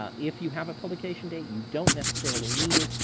ah if you have a publication date, you don't necessarily need it,